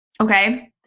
Okay